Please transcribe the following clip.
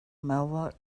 melva